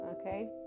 okay